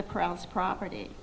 the crowd's property